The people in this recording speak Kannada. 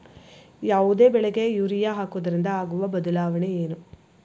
ಯಾವುದೇ ಬೆಳೆಗೆ ಯೂರಿಯಾ ಹಾಕುವುದರಿಂದ ಆಗುವ ಬದಲಾವಣೆ ಏನು?